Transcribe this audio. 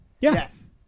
Yes